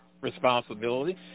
responsibility